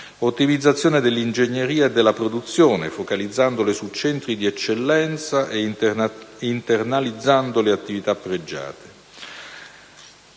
ottimizzazione dell'ingegneria e della produzione, focalizzandole su centri di eccellenza ed internalizzando le attività pregiate;